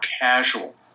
casual